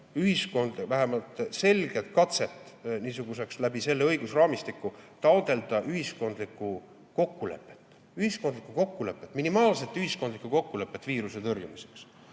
niisugust vähemalt selget katset läbi selle õigusraamistiku taotleda ühiskondlikku kokkulepet. Ühiskondlikku kokkulepet, minimaalset ühiskondlikku kokkulepet viiruse tõrjumiseks.